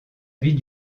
vie